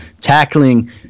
tackling